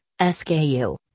SKU